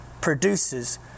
produces